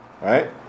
Right